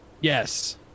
Yes